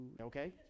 Okay